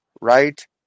right